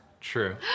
True